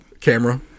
camera